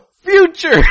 future